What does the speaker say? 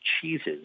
cheeses—